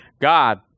God